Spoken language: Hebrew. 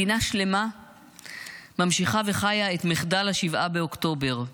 מדינה שלמה ממשיכה וחיה את מחדל 7 באוקטובר,